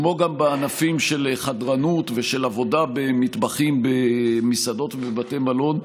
כמו גם בענפים של חדרנות ושל עבודה במטבחים במסעדות ובבתי מלון,